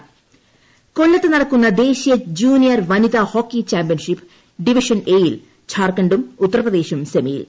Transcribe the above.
കൊല്ലം വനിത ഹോക്കി കൊല്ലത്തു നടക്കുന്ന ദേശീയ ജൂനിയർ വനിത ഹോക്കി ചാമ്പ്യൻഷിപ്പ് ഡിവിഷൻ എ യിൽ ജാർഖണ്ഡും ഉത്തർപ്രദേശും സെമിയിൽ